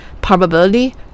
probability